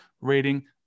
rating